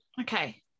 okay